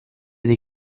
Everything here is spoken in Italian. dei